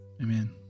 Amen